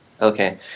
Okay